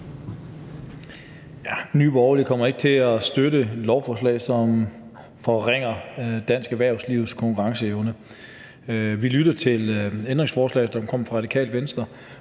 Nye Borgerlige kommer ikke til at støtte et lovforslag, som forringer dansk erhvervslivs konkurrenceevne. Vi lytter til ændringsforslag, hvis der kommer et fra Radikale Venstre,